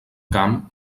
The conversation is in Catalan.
camp